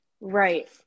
Right